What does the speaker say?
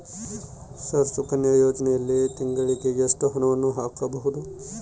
Sir Sukanya ಯೋಜನೆಯಲ್ಲಿ ತಿಂಗಳಿಗೆ ಎಷ್ಟು ಹಣವನ್ನು ಹಾಕಬಹುದು?